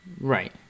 Right